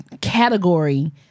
category